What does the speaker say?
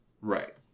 Right